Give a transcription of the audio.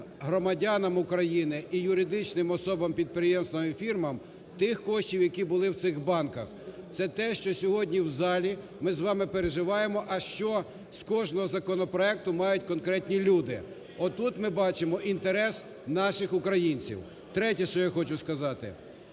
громадянам України і юридичним особам, підприємствам і фірмам тих коштів, які були в цих банках. Це те, що сьогодні в залі ми з вами переживаємо: а що з кожного законопроекту мають конкретні люди? Отут ми бачимо інтерес наших українців. Третє, що я хочу сказати,